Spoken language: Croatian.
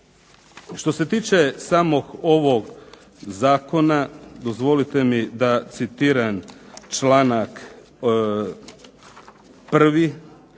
Što se tiče samog ovog zakona dozvolite mi da citiram članak 1.